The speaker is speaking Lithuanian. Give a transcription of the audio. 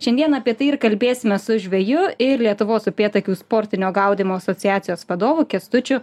šiandien apie tai ir kalbėsime su žveju ir lietuvos upėtakių sportinio gaudymo asociacijos vadovu kęstučiu